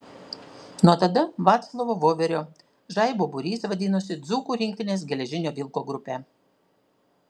nuo tada vaclovo voverio žaibo būrys vadinosi dzūkų rinktinės geležinio vilko grupe